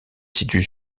situe